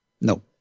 No